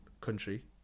country